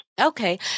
Okay